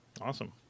Awesome